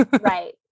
Right